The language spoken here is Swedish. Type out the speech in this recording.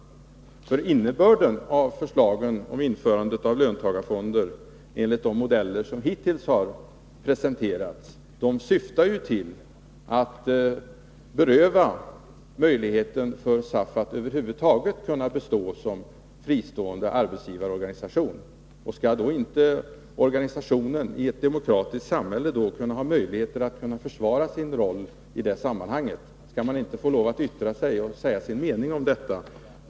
Innebörden av förslaget om införande av löntagarfonder är ju, enligt de modeller som hittills har presenterats, att beröva SAF möjligheterna att över huvud taget bestå som fristående arbetsgivarorgani sation. Skall då inte organisationen i ett demokratiskt samhälle och i det här sammanhanget få möjligheten att försvara sin roll, skall inte organisationen få yttra sig och säga sin mening?